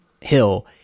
Hill